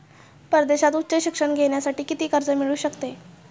परदेशात उच्च शिक्षण घेण्यासाठी किती कर्ज मिळू शकते?